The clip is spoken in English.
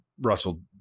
Russell